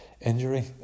injury